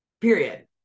period